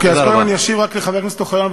קודם אני רק אשיב לחבר הכנסת אוחיון,